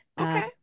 Okay